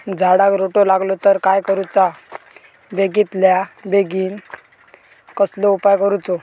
झाडाक रोटो लागलो तर काय करुचा बेगितल्या बेगीन कसलो उपाय करूचो?